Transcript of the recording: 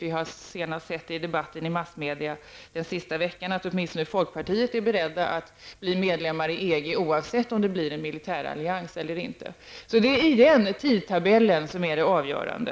Vi har sett av debatten i massmedia under den senaste veckan att man åtminstone i folkpartiet är beredd att bli medlem oavsett om det blir en militärallians eller inte. Det är alltså återigen tidtabellen som är det avgörande.